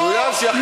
מצוין, שיחקרו.